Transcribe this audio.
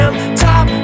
Top